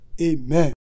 Amen